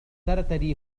ترتدي